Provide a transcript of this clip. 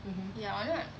mmhmm